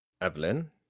Evelyn